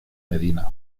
medina